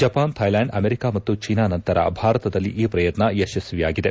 Japan Thailand America ಮತ್ತು China ನಂತರ ಭಾರತದಲ್ಲಿ ಈ ಪ್ರಯತ್ನ ಯಶಸ್ವಿಯಾಗಿದೆ